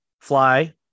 fly